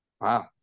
Wow